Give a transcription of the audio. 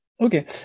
Okay